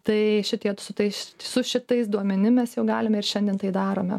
tai šitie su tais su šitais duomenim jau galime ir šiandien tai darome